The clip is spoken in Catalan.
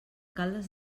caldes